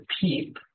PEEP